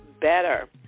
better